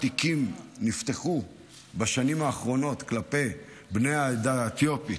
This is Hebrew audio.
תיקים נפתחו בשנים האחרונות לבני העדה האתיופית,